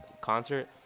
concert